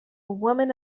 woman